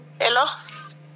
hello